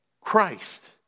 Christ